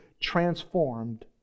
transformed